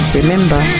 Remember